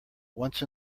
once